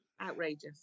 Outrageous